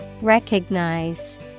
Recognize